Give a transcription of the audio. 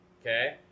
Okay